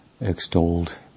extolled